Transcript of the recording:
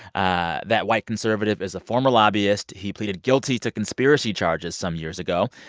ah that white conservative is a former lobbyist. he pleaded guilty to conspiracy charges some years ago.